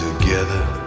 together